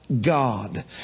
God